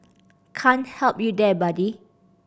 can't help you there buddy